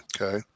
Okay